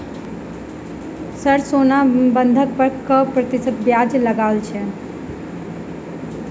Sir सोना बंधक पर कऽ प्रतिशत धरि ब्याज लगाओल छैय?